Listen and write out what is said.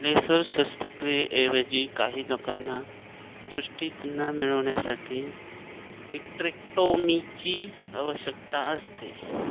laser शस्त्रक्रियेऐवजी काही लोकांना दृष्टी पुन्हा मिळवण्यासाठी व्हिट्रेक्टोमीची आवश्यकता असते